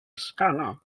scanner